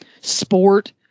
sport